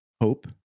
hope